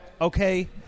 Okay